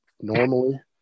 normally